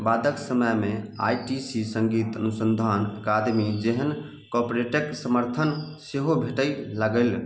बादक समयमे I T C Sangeet अनुसन्धान अकादमी जेहन कॉर्पोरेटक समर्थन सेहो भेटय लागल